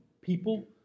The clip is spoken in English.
people